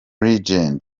legend